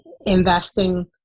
investing